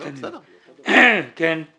-- שכולם מעוניינים שיתחרו בבנקים, לכן זה